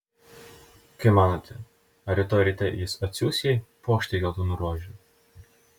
kaip manote ar rytoj ryte jis atsiųs jai puokštę geltonų rožių